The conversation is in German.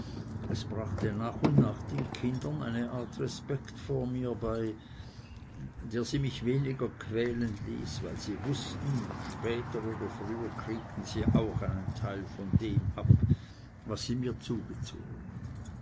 es brachte nach und nach den kindern eine art respekt vor mir bei der sie mich weniger quälen ließ weil sie wußten später oder früher kriegten sie auch einen teil von dem ab was sie mir zugezogen